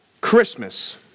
Christmas